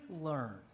learn